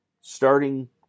starting